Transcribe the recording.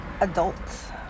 adults